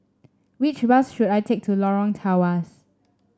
which bus should I take to Lorong Tawas